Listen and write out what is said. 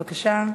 בבקשה,